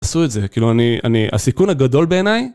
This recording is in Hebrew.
עשו את זה, כאילו, אני, אני, הסיכון הגדול בעיניי...